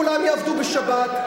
כולם יעבדו בשבת.